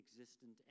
existent